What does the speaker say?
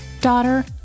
Daughter